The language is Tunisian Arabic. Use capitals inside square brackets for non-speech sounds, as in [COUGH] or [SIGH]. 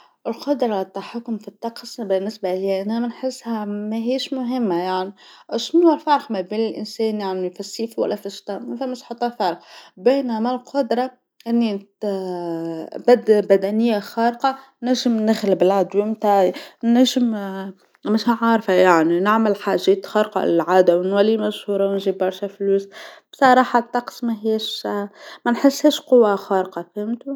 القدرة عالتحكم في الطقس بالنسبه ليا أنا نحسها ماهيش مهمه يعني، اشنوا الفرق ما بين الإنسان يعني في الصيف ولا في الشتا، ما ثمش حتى فرق، بينما القدرة أني [HESITATION] بد- بدنيه خارقه، نجم نغلب العدو تاعي، نجم [HESITATION] مانيش عارفه يعني نعمل حاجات خارقه للعاده ونولي مشهوره ونجيب برشا فلوس، بصراحه الطقس ماهيش [HESITATION] مانحسهاش قوى خارقه فهمت.